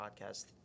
podcast